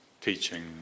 teaching